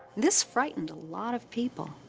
this frightened lot of people,